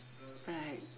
right